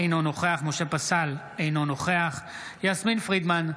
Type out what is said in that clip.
אינו נוכח משה פסל, אינו נוכח יסמין פרידמן,